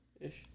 Ish